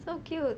so cute